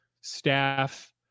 staff